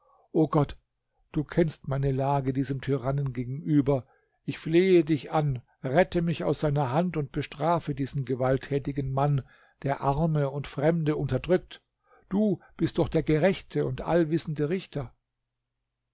o gott du kennst meine lage diesem tyrannen gegenüber ich flehe dich an rette mich aus seiner hand und bestrafe diesen gewalttätigen mann der arme und fremde unterdrückt du bist doch der gerechte und allwissende richter